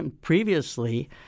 Previously